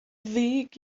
ddig